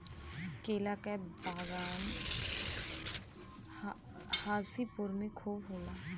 केला के बगान हाजीपुर में खूब होला